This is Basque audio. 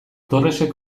torresek